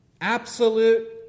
absolute